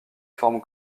forme